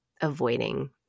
avoiding